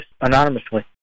anonymously